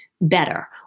better